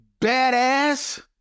badass